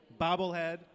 bobblehead